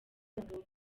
abagabo